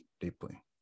deeply